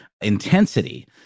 intensity